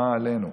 אהה עלינו".